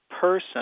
person